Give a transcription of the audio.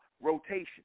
rotation